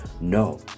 no